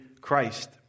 Christ